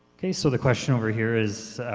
ok. so the question over here is,